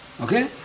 Okay